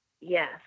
Yes